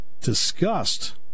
discussed